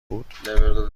بود